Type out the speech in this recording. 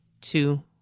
two